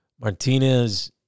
Martinez